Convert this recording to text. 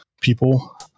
people